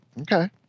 Okay